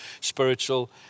spiritual